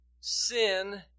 sin